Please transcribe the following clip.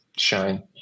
shine